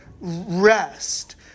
Rest